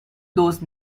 those